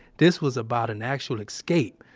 this was about an actual escape.